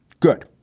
good.